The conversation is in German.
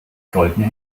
goldene